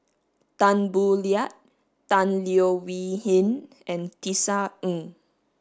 Tan Boo Liat Tan Leo Wee Hin and Tisa Ng